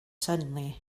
suddenly